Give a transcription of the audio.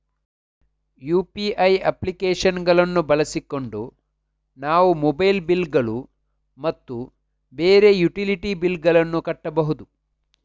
UPI application ಗಳನ್ನು ಬಳಸಿಕೊಂಡು ನಾವು ಮೊಬೈಲ್ ಬಿಲ್ ಗಳು ಮತ್ತು ಬೇರೆ ಯುಟಿಲಿಟಿ ಬಿಲ್ ಗಳನ್ನು ಕಟ್ಟಬಹುದು